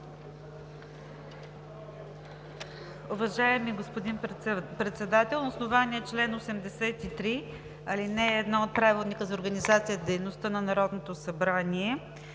Уважаеми господин Председател, на основание чл. 83, ал. 1 от Правилника за организацията и дейността на Народното събрание